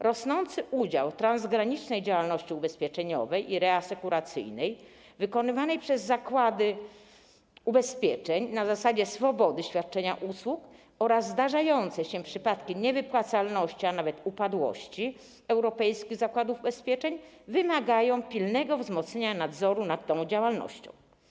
Rosnący udział transgranicznej działalności ubezpieczeniowej i reasekuracyjnej wykonywanej przez zakłady ubezpieczeń na zasadzie swobody świadczenia usług oraz zdarzające się przypadki niewypłacalności, a nawet upadłości europejskich zakładów ubezpieczeń wymagają pilnego wzmocnienia nadzoru nad tą działalnością.